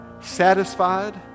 satisfied